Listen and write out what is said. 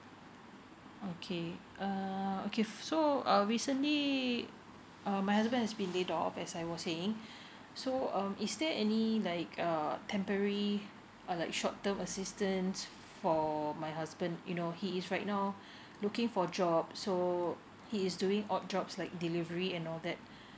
okay uh okay so uh recently uh my husband has been laid off as I was saying so um is there any like err temporary like short term assistance for my husband you know he is right now looking for job so he is doing odd jobs like delivery and all that